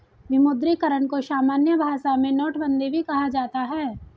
विमुद्रीकरण को सामान्य भाषा में नोटबन्दी भी कहा जाता है